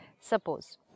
Suppose